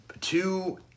two